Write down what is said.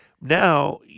now